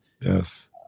Yes